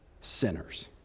Sinners